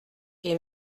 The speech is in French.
est